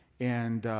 and